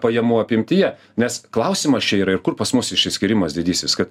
pajamų apimtyje nes klausimas čia yra ir kur pas mus išsiskyrimas didysis kad